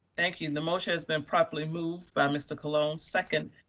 thank you. and the motion has been properly moved by mr. colon second,